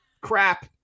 crap